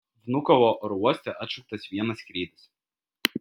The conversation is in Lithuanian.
vnukovo oro uoste atšauktas vienas skrydis